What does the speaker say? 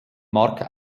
mark